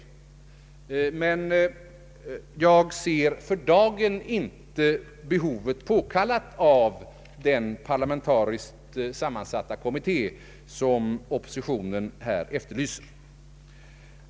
Men jag ser det för dagen inte av behovet påkallat att tillsätta en parlamentariskt sammansatt kommitté av det slag som oppositionen här efterlyser.